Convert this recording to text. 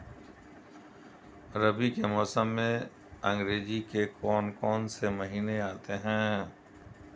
रबी के मौसम में अंग्रेज़ी के कौन कौनसे महीने आते हैं?